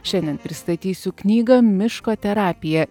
šiandien pristatysiu knygą miško terapija